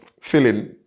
filling